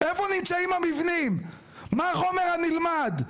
איפה נמצאים המבנים, מה החומר הנלמד?